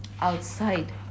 outside